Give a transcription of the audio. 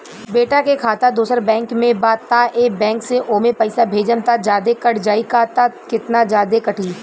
बेटा के खाता दोसर बैंक में बा त ए बैंक से ओमे पैसा भेजम त जादे कट जायी का त केतना जादे कटी?